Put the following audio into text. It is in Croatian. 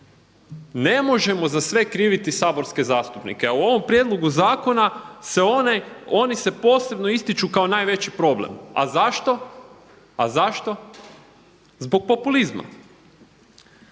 Ne možemo za sve kriviti saborske zastupnike, a u ovom prijedlogu zakona se oni posebno ističu kao najveći problem. A zašto? A zašto? Zbog populizma.